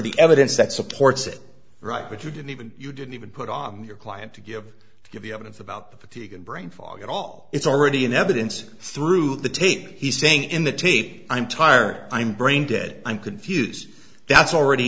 the evidence that supports it right but you didn't even you didn't even put on your client to give to give you evidence about the fatigue brain fog at all it's already in evidence through the tape he's saying in the tape i'm tired i'm brain dead i'm confused that's already